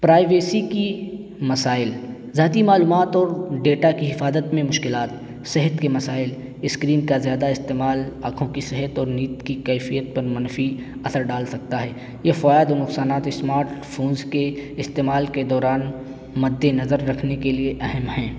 privacy کی مسائل ذاتی معلومات اور ڈیٹا کی حفاظت میں مشکلات صحت کے مسائل اسکرین کا زیادہ استعمال آنکھوں کی صحت اور نیند کی کیفیت پر منفی اثر ڈال سکتا ہے یہ فوائد اور نقصانات اسمارٹ فونز کے استعمال کے دوران مد نظر رکھنے کے لیے اہم ہیں